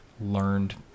learned